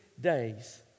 days